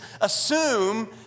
assume